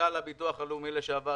מנכ"ל הביטוח הלאומי לשעבר,